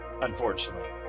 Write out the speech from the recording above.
Unfortunately